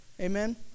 amen